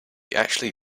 actually